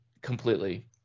completely